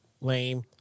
Lame